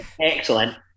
excellent